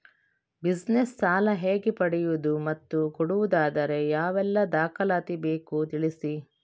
Business ಸಾಲ ಹೇಗೆ ಪಡೆಯುವುದು ಮತ್ತು ಕೊಡುವುದಾದರೆ ಯಾವೆಲ್ಲ ದಾಖಲಾತಿ ಬೇಕು ತಿಳಿಸಿ?